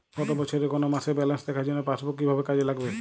গত বছরের কোনো মাসের ব্যালেন্স দেখার জন্য পাসবুক কীভাবে কাজে লাগাব?